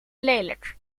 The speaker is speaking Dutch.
lelijk